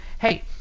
Hey